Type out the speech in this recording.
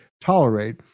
tolerate